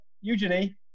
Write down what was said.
Eugenie